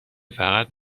فقط